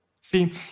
See